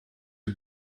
you